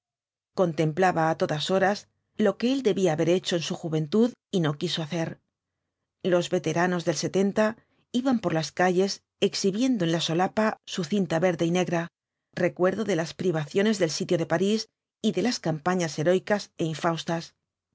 contemplaba á todas horas lo que él debía haber hecho en su juventud y no quiso hacer los veteranos del iban por las calles exhibiendo en la solapa su cinta verde y negra recuerdo de las privaciones del sitio de parís y de las campañas heroicas é infaustas